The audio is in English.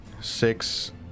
Six